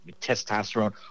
Testosterone